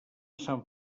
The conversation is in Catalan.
sant